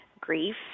grief